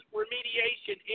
remediation